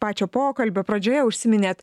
pačio pokalbio pradžioje užsiminėt